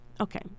okay